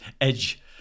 edge